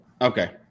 Okay